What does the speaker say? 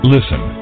Listen